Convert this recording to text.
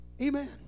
Amen